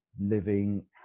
living